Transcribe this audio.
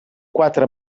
quatre